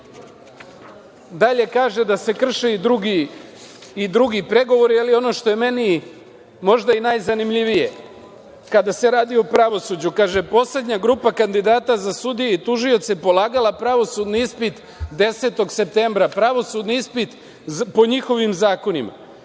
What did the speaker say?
kaže, da se krše i drugi pregovori, ali ono što je meni možda i najzanimljivije kada se radi o pravosuđu, poslednja grupa kandidata za sudije i tužioce polagala pravosudni ispit 10. septembra. Pravosudni ispit po njihovim zakonima.